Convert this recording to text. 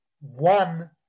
one